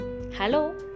hello